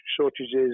shortages